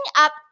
up